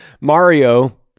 Mario